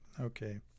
Okay